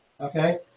okay